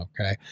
Okay